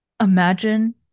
Imagine